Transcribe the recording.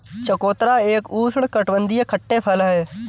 चकोतरा एक उष्णकटिबंधीय खट्टे फल है